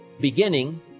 Beginning